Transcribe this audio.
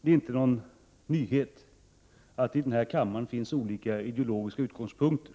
Det är inte någon nyhet att i den här kammaren finns olika ideologiska utgångspunkter,